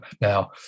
now